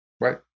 Right